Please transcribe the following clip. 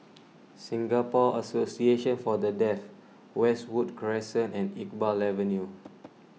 Singapore Association for the Deaf Westwood Crescent and Iqbal Avenue